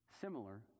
Similar